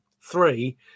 three